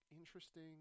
Interesting